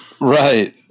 Right